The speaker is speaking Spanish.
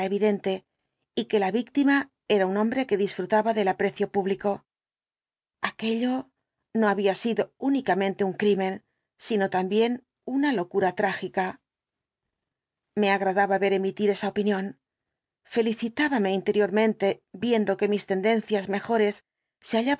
evidente y que la víctima era un hombre que disfrutaba del aprecio público aquello no había sido únicamente un crimen sino también una locura trágica me agradaba ver emitir esa opinión felicitábame interiormente viendo que mis tendencias mejores se